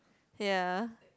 ya